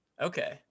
Okay